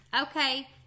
Okay